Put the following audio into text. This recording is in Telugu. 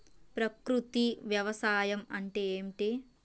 ప్రకృతి వ్యవసాయం అంటే ఏమిటి?